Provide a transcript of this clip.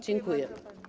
Dziękuję.